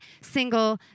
single